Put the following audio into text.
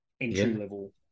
entry-level